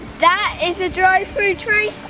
that is a drive-through tree.